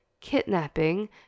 kidnapping